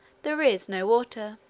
there is no water.